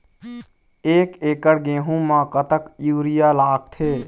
एक एकड़ गेहूं म कतक यूरिया लागथे?